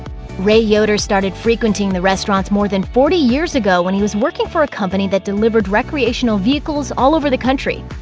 ray yoder started frequenting the restaurants more than forty years ago when he was working for a company that delivered recreational vehicles all over the country.